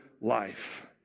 life